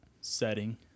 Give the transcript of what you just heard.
setting